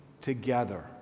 together